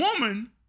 woman